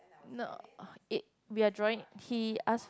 no it we are drawing he ask